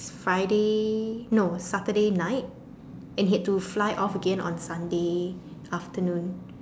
Friday no Saturday night and he had to fly back again on Sunday afternoon